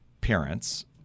parents